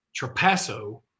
Trapasso